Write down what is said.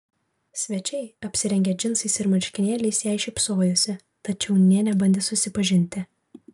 svečiai apsirengę džinsais ir marškinėliais jai šypsojosi tačiau nė nebandė susipažinti